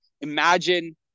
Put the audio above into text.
imagine